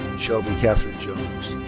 shelby catherine jones.